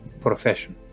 profession